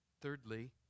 Thirdly